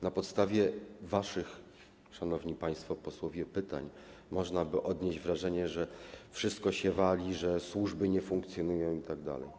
Na podstawie waszych, szanowni państwo posłowie, pytań, można by odnieść wrażenie, że wszystko się wali, że służby nie funkcjonują itd.